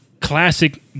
classic